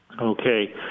okay